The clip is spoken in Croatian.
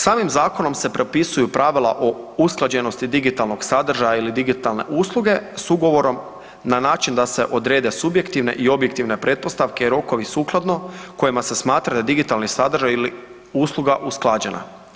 Samim zakonom se propisuju pravila o usklađenosti digitalnog sadržaja ili digitalne usluge s ugovorom na način da se odrede subjektivne i objektivne pretpostavke i rokovi sukladno kojima se smatra da digitalni sadržaj ili usluga usklađena.